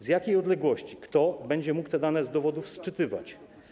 Z jakiej odległości, kto będzie mógł te dane z dowodów sczytywać?